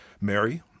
Mary